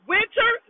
Winter